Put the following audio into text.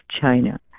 China